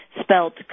spelt